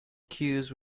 cues